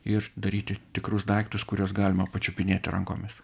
ir daryti tikrus daiktus kuriuos galima pačiupinėti rankomis